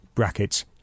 brackets